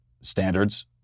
standards